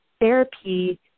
therapy